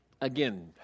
Again